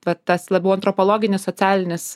vat tas labiau antropologinis socialinis